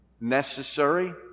Necessary